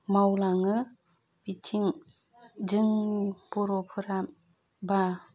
मावलाङो बिथिं जों बर'फोरा बा